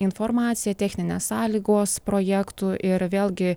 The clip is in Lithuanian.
informacija techninės sąlygos projektų ir vėlgi